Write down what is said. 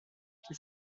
qui